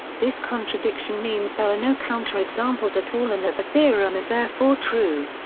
this contradiction means there are no counterexamples at all and that the theorem is therefore true.